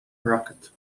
rocket